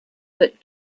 that